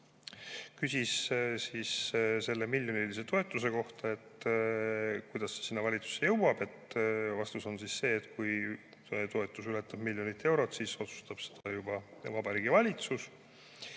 küsis selle miljonilise toetuse kohta, et kuidas see sinna valitsusse jõuab. Vastus on see, et kui toetus ületab miljon eurot, siis otsustab seda juba Vabariigi Valitsus.